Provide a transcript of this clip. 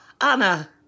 Anna